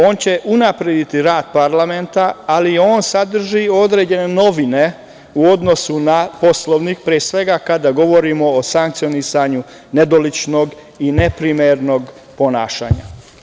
On će unaprediti rad parlamenta, ali on sadrži određene novine u odnosu na Poslovnik, pre svega kada govorimo o sankcionisanju nedoličnog i neprimernog ponašanja.